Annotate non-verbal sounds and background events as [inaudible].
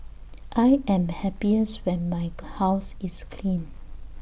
I am happiest when my [noise] house is clean